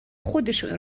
خودشونو